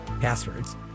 passwords